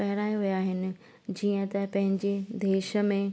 पहिराया विया आहिनि जीअं त पंहिंजे देश में